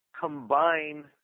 combine